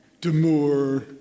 demure